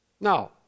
now